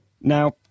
Now